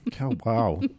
Wow